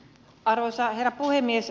arvoisa herra puhemies